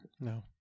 No